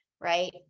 right